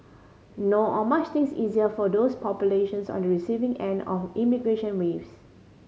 nor are much things easier for those populations on the receiving end of immigration waves